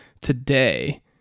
today